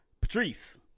patrice